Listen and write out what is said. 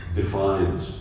defines